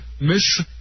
Miss